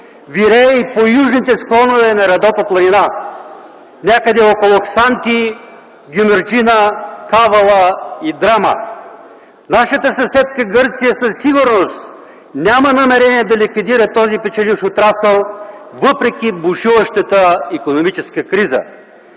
вирее и по южните склонове на Родопа планина – някъде около Ксанти, Гюмюрджина, Кавала и Драма. Нашата съседка Гърция със сигурност няма намерение да ликвидира този печеливш отрасъл, въпреки бушуващата икономическа криза,